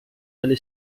alle